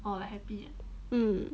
um